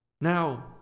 Now